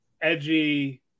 edgy